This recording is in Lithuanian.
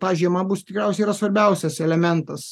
ta žiema bus tikriausiai yra svarbiausias elementas